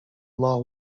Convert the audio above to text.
law